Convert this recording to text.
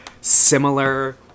similar